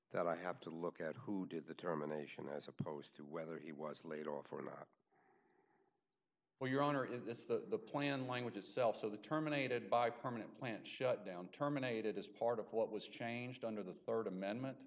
that i have to look at who did the terminations as opposed to whether he was laid off or not well your honor if this is the plan language itself so the terminated by permanent plant shutdown terminated as part of what was changed under the rd amendment